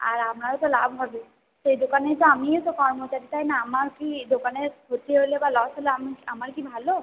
আর আপনারও তো লাভ হবে সেই দোকানে তো আমিও তো কর্মচারী তাই না আমার কি দোকানের ক্ষতি হলে বা লস হলে আমি আমার কি ভালো